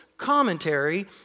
commentary